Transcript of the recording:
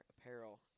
apparel